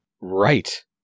Right